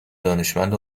دانشمند